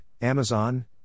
Amazon